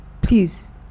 please